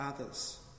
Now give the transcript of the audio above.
others